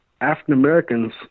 African-Americans